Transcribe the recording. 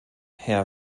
herr